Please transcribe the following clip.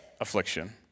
affliction